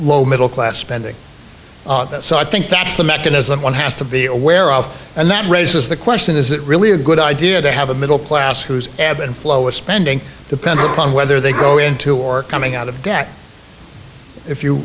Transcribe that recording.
lower middle class spending so i think that's the mechanism one has to be aware of and that raises the question is it really a good idea to have a middle class whose admin flow is spending depending on whether they go into or coming out of debt if you